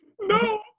No